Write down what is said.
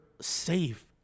Safe